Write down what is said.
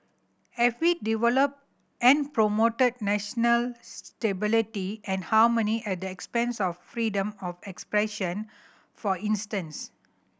have we developed and promoted national stability and harmony at the expense of freedom of expression for instance